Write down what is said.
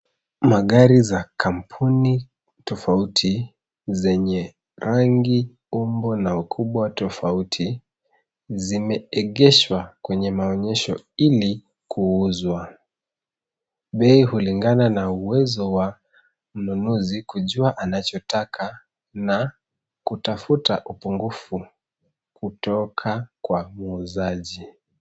Magari za Kampuni tofauti zenye rangi umbo la ukubwa tofauti, zimeegeshwa kwenye maonyesho ili kuuzwa. Bei hulingana na uwezo wa mnunuzi kujua anachotaka na kutafuta upungufu kutoka kwa muuzaji.